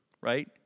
right